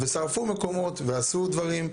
ושרפו מקומות, ועשו דברים.